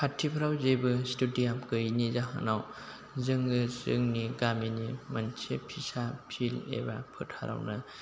खाथिफ्राव जेबो स्टुडियाम गैयैनि जाहोनाव जोङो जोंनि गामिनि मोनसे फिसा फिल्ड एबा फोथारावनो